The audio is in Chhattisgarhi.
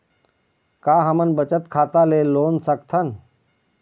का हमन बचत खाता ले लोन सकथन?